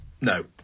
No